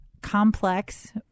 complex